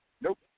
Nope